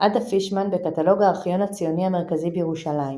עדה פישמן, בקטלוג הארכיון הציוני המרכזי בירושלים